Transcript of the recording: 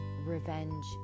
revenge